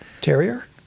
Terrier